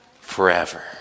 forever